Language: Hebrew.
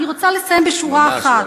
אני רוצה לסיים בשורה אחת,